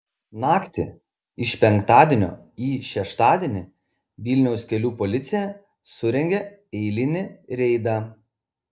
naktį iš penktadienio į šeštadienį vilniaus kelių policija surengė eilinį reidą